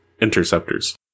interceptors